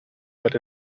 but